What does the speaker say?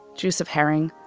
juice of herring.